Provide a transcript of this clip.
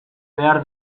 behar